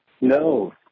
No